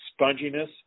sponginess